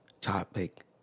topic